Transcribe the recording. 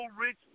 rich